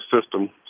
system